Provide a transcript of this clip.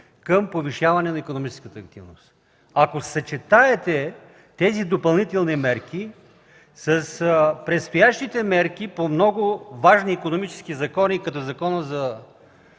към повишаване на икономическата активност. Ако съчетаете тези допълнителни мерки с предстоящите мерки по много важни икономически закони, като Закона за